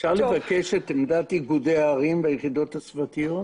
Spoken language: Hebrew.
אפשר לבקש את עמדת איגודי הערים והיחידות הסביבתיות?